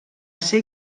ser